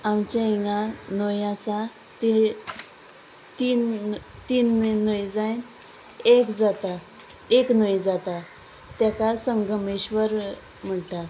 आमचे हिंगा न्हंय आसा ती तीन तीन न्हंय जायन एक जाता एक न्हंय जाता ताका संघमेश्वर म्हणटा